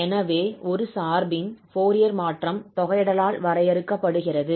எனவே ஒரு சார்பின் ஃபோரியர் மாற்றம் தொகையிடலால் வரையறுக்கப்படுகிறது